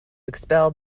expel